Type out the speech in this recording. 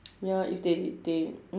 ya if they they mm